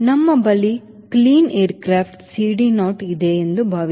ನನ್ನ ಬಳಿ clean aircraft CD naughtಇದೆ ಎಂದು ಭಾವಿಸೋಣ 0